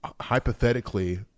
hypothetically